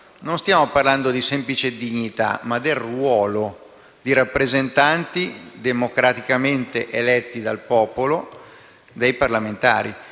non dico della semplice dignità, ma del ruolo di rappresentanti democraticamente eletti dal popolo, dei parlamentari.